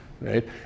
right